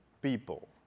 people